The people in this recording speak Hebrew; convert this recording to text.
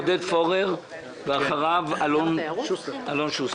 עודד פורר ואחריו אלון שוסטר.